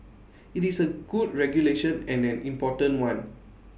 IT is A good regulation and an important one